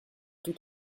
tout